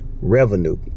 revenue